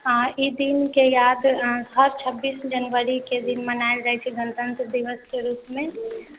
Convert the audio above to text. आँ ई दिनके याद हर छब्बीस जनवरीके दिन मनायल जाइ छै गणतन्त्र दिवस के रूपमे